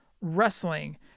Wrestling